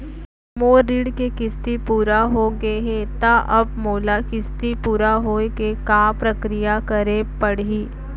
मोर ऋण के किस्ती पूरा होगे हे ता अब मोला किस्ती पूरा होए के का प्रक्रिया करे पड़ही?